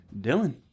Dylan